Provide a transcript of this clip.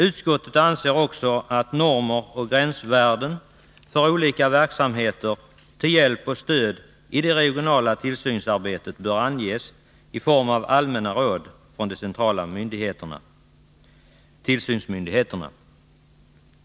Utskottet anser att normer och gränsvärden för olika verksamheter till hjälp och stöd i det regionala tillsynsarbetet bör anges i form av allmänna råd från de centrala tillsynsmyndigheterna.